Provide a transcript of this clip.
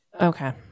okay